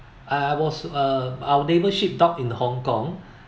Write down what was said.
I I was uh our neighbour ship docked in Hong-Kong